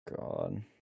god